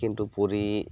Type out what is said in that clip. କିନ୍ତୁ ପୁରୀ